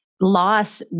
loss